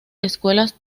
escuelas